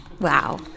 Wow